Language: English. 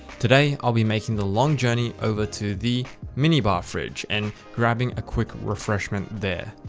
today i'll be making the long journey over to the minibar fridge and grabbing a quick refreshment there.